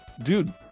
Dude